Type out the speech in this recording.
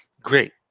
Great